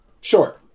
sure